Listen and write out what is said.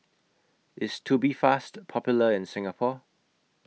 IS Tubifast Popular in Singapore